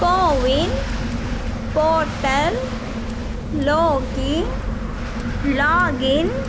CoWIN portal లోకి login